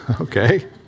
Okay